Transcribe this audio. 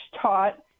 taught